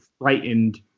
frightened